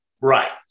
Right